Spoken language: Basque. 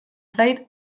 zait